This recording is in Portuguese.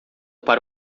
para